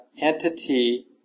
entity